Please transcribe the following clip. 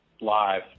live